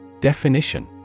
Definition